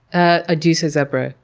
ah ah do say zebra.